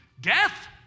Death